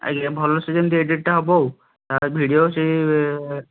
ଆଜ୍ଞା ଭଲସେ ଯେମିତି ଏଡ଼ିଟ୍ଟା ହେବ ଆଉ ତା'ର ଭିଡ଼ିଓ ସେ